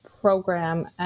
program